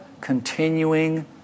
continuing